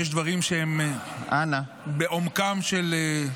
כנראה שיש דברים שהם בעומקם של,